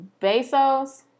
Bezos